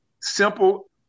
simple